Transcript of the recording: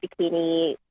bikini